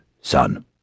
son